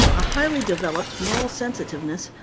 a highly developed moral sensitiveness,